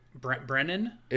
Brennan